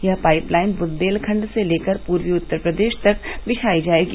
यह pipeline Bundelkhand से लेकर पूर्वी उत्तर प्रदेष तक बिछाई जायेगी